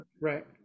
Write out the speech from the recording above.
Right